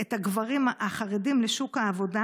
את הגברים החרדים לשוק העבודה,